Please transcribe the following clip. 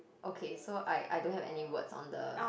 okay so I I don't have any words on the